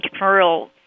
entrepreneurial